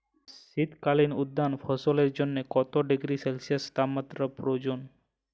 শীত কালীন উদ্যান ফসলের জন্য কত ডিগ্রী সেলসিয়াস তাপমাত্রা প্রয়োজন?